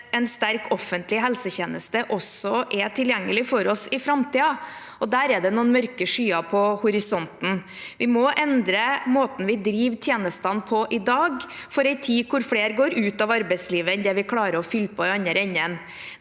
en sterk offentlig helsetjeneste også er tilgjengelig for oss i framtiden, og der er det noen mørke skyer i horisonten. Vi må endre måten vi driver tjenestene på i dag, for en tid hvor flere går ut av arbeidslivet enn det vi klarer å fylle på i den andre enden.